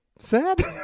sad